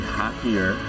happier